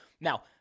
Now